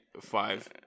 five